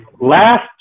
last